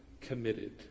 committed